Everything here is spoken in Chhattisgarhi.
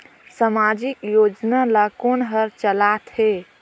समाजिक योजना ला कोन हर चलाथ हे?